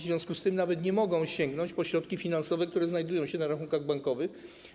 W związku z tym nawet nie mogą sięgnąć po środki finansowe, które znajdują się na rachunkach bankowych.